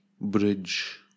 bridge